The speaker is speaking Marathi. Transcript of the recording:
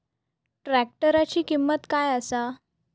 ट्रॅक्टराची किंमत काय आसा?